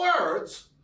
words